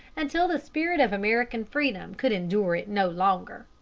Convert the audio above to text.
until the spirit of american freedom could endure it no longer.